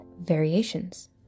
Variations